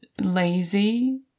lazy